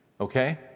Okay